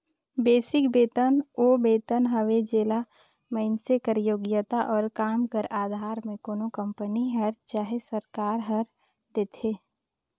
basic बेतन ओ बेतन हवे जेला मइनसे कर योग्यता अउ काम कर अधार में कोनो कंपनी हर चहे सरकार हर देथे